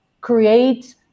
create